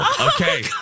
Okay